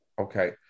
Okay